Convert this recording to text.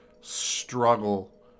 struggle